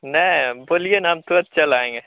नहीं बोलिए ना हम तुरंत चल आएँगे